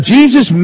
Jesus